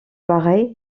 pareil